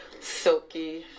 silky